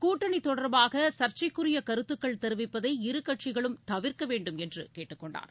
கூட்டணி தொடர்பாக சர்ச்சைக்குரிய கருத்துக்கள் தெரிவிப்பதை இருகட்சிகளும் தவிர்க்கவேண்டும் என்று கேட்டுக்கொண்டார்